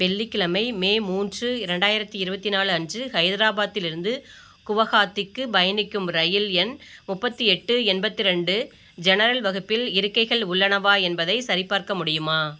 வெள்ளிக்கிழமை மே மூன்று ரெண்டாயிரத்தி இருபத்தி நாலு அன்று ஹைதராபாத்திலிருந்து குவஹாத்திக்கு பயணிக்கும் இரயில் எண் முப்பத்தி எட்டு எண்பத்து ரெண்டு ஜெனரல் வகுப்பில் இருக்கைகள் உள்ளனவா என்பதைச் சரிபார்க்க முடியுமா